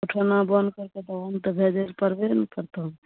उठौना बन्द करिके देबहन तऽ भेजय लए पड़बे ने करतहो